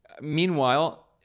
Meanwhile